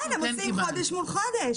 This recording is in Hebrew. כן, הם עושים חודש מול חודש.